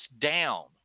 down